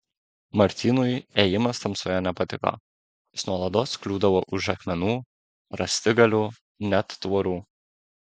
martynui ėjimas tamsoje nepatiko jis nuolatos kliūdavo už akmenų rąstigalių net tvorų